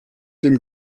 dem